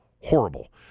horrible